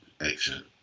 excellent